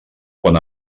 quan